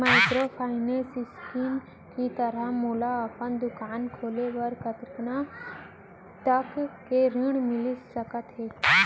Microfinance scheme के तहत मोला अपन दुकान खोले बर कतना तक के ऋण मिलिस सकत हे?